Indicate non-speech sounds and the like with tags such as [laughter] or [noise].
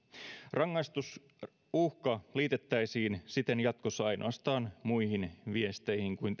rangaistusuhka liitettäisiin siten jatkossa ainoastaan muihin viesteihin kuin [unintelligible]